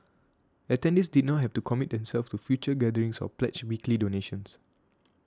attendees did not have to commit themselves to future gatherings or pledge weekly donations